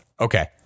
Okay